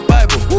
Bible